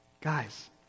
Guys